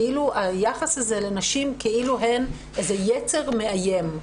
היחס לנשים כאילו הן איזה יצר מאיים,